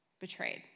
betrayed